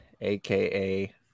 aka